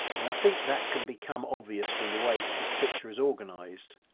and i think that can become obvious from the way that this picture is organized.